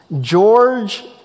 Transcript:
George